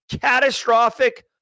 catastrophic